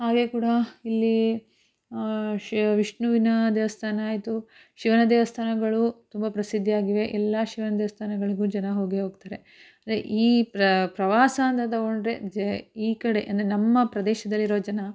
ಹಾಗೆ ಕೂಡ ಇಲ್ಲಿ ಶ ವಿಷ್ಣುವಿನ ದೇವಸ್ಥಾನ ಆಯಿತು ಶಿವನ ದೇವಸ್ಥಾನಗಳು ತುಂಬ ಪ್ರಸಿದ್ಧಿಯಾಗಿವೆ ಎಲ್ಲ ಶಿವನ ದೇವಸ್ಥಾನಗಳಿಗೂ ಜನ ಹೋಗಿಯೇ ಹೋಗ್ತಾರೆ ಈ ಪ್ರವಾಸ ಅಂತ ತಗೊಂಡರೆ ಜ ಈ ಕಡೆ ಅಂದರೆ ನಮ್ಮ ಪ್ರದೇಶದಲ್ಲಿರೋ ಜನ